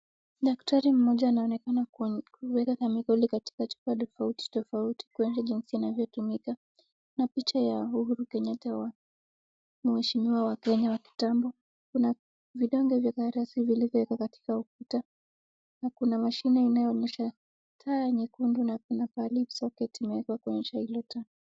Daktari mmoja anaonekana kuweka kemikali katika chupa tofauti tofauti kuonyesha jinsi inavyotumika. Kuna picha ya uhuru Kenyatta wa mheshimiwa wa Kenya wa kitambo, kuna vidonge vya karatasi vilivyowekwa katika ukuta, na kuna mashine inayoonyesha taa nyekundu, na kuna pahali socket imewekwa kuonyesha hilo taa.